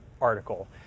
article